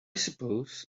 suppose